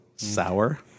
Sour